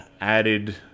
added